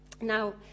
Now